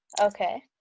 Okay